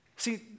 See